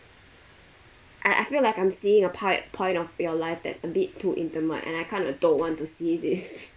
I I feel like I'm seeing a pa~ point of your life that's a bit too intimate and I kind of don't want to see this